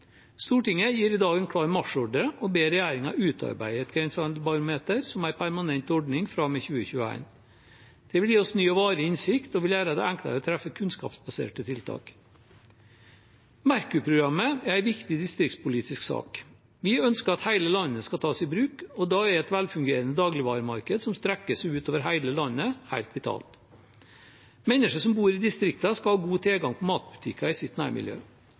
Stortinget gir i dag en klar marsjordre og ber regjeringen utarbeide et grensehandelsbarometer som en permanent ordning fra og med 2021. Det vil gi oss ny og varig innsikt og vil gjøre det enklere å treffe kunnskapsbaserte tiltak. Merkur-programmet er en viktig distriktspolitisk sak. Vi ønsker at hele landet skal tas i bruk, og da er et velfungerende dagligvaremarked som strekker seg ut over hele landet, helt vitalt. Mennesker som bor i distriktene, skal ha god tilgang på matbutikker i sitt nærmiljø.